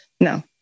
No